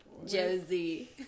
Josie